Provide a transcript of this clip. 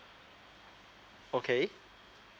okay